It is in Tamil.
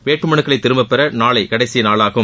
வேட்பு மனுக்களை திரும்ப பெற நாளை கடைசி நாளாகும்